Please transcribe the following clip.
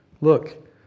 look